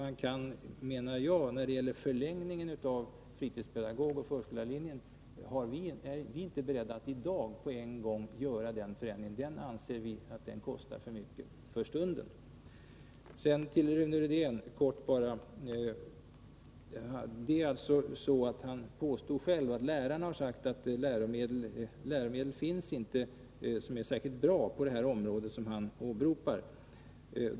En förändring som innebär att man förlänger utbildningen för förskollärare och fritidspedagoger är vi inte beredda att göra i dag. Vi anser att det för stunden kostar för mycket. Sedan helt kort till Rune Rydén. Han påstod själv att lärarna har sagt att det på det här området inte finns särskilt bra läromedel.